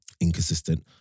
inconsistent